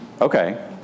okay